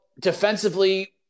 defensively